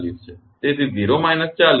તેથી 𝑍𝑐 એ 40 છે